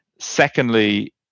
secondly